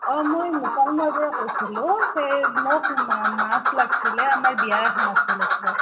অঁ মই মোকালমোৱাৰ পৰা কৈছিলোঁ মোক সেই মা মাছ লাগছিলে আমাৰ বিয়া এখন আছিলে ঘৰত